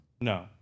No